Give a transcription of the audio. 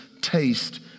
taste